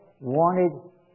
wanted